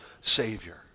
Savior